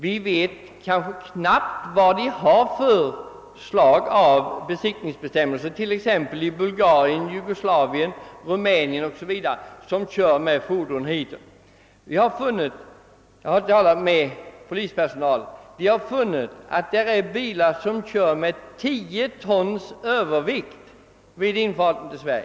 Vi vet knappast vad man har för bestämmelser i det fallet t.ex. i Bulgarien, Jugoslavien, Rumänien och andra länder som kör med sina bilar hit upp till vårt land. Vid mina samtal med polismän har jag funnit att det förekommer att bilar kör med upp till 10 tons övervikt över våra gränser.